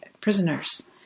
prisoners